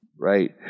right